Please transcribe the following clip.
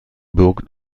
birgt